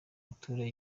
gutura